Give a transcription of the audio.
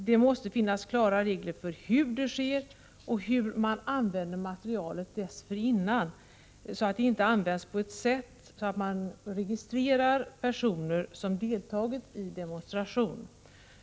Det måste finnas klara regler för hur det sker och hur man använder materialet dessförinnan, så att det inte används för att registrera personer som deltagit i demonstration.